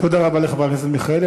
תודה רבה לחברת הכנסת מיכאלי.